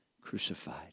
Crucified